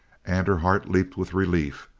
and her heart leaped with relief.